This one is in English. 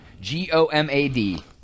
g-o-m-a-d